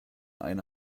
eine